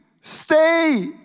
stay